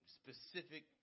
specific